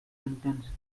sentence